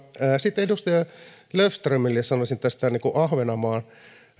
sitten edustaja löfströmille sanoisin tästä ahvenanmaan